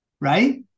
Right